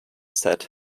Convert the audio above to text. said